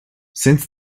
since